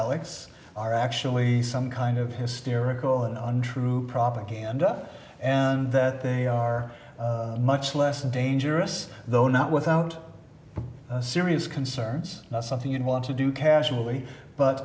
s are actually some kind of hysterical and untrue propaganda and that they are much less dangerous though not without serious concerns not something you'd want to do casually